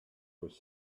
was